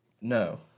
no